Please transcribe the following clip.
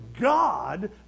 God